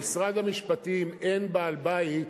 במשרד המשפטים אין בעל-בית,